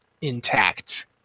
intact